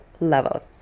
levels